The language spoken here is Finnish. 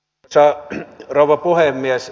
arvoisa rouva puhemies